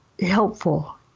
helpful